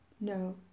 No